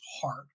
hard